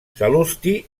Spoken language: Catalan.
sal·lusti